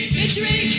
victory